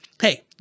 hey